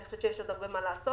אני חושבת שיש עוד הרבה מה לעשות.